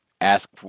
ask